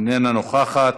איננה נוכחת,